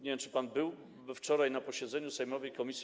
Nie wiem, czy pan był wczoraj na posiedzeniu sejmowej komisji.